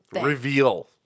reveal